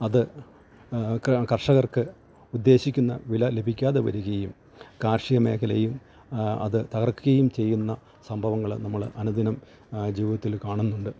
അത് കർഷകർക്ക് ഉദ്ദേശിക്കുന്ന വില ലഭിക്കാതെ വരികയും കാർഷിക മേഖലയും അത് തകർക്കുകയും ചെയ്യുന്ന സംഭവങ്ങള് നമ്മള് അനുദിനം ജീവിതത്തില് കാണുന്നുണ്ട്